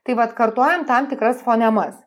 tai vat kartojam tam tikras fonemas